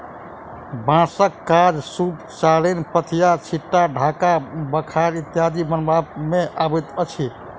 बाँसक काज सूप, चालैन, पथिया, छिट्टा, ढाक, बखार इत्यादि बनबय मे अबैत अछि